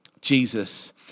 Jesus